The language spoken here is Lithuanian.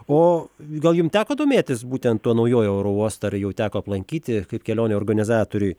o gal jum teko domėtis būtent tuo naujuoju oro uostu ar jau teko aplankyti kaip kelionių organizatoriui